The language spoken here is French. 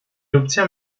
obtient